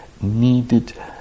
needed